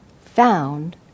found